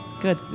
Good